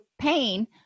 pain